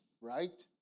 right